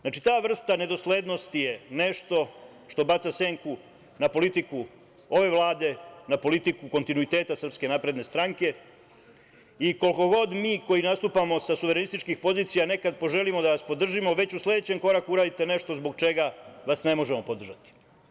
Znači, ta vrsta nedoslednosti je nešto što baca senku na politiku ove Vlade, na politiku kontinuiteta SNS i koliko god mi koji nastupamo sa suverenističkih pozicija nekada poželimo da vas podržimo, već u sledećem koraku uradite nešto zbog čega vas ne možemo podržati.